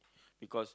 because